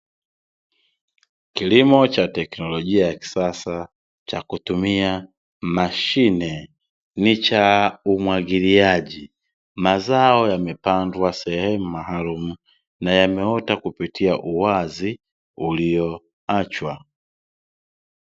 Kilimo cha teknolojia ya kisasa cha kutumia mashine, ni cha umwagiliaji, mazao yamepandwa sehemu maalumu na yameota kupitia uwazi ulioachwa.